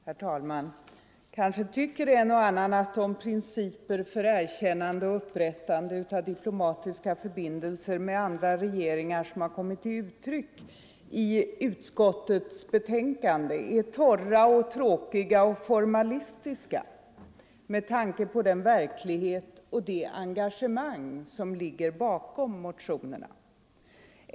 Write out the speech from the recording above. Herr talman! Kanske tycker en och annan att de principer för erkännande av och upprättande av diplomatiska förbindelser med andra regeringar som kommit till uttryck i utskottets betänkande är torra, tråkiga och formalistiska med tanke på den verklighet och det engagemang som ligger bakom motionerna.